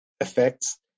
effects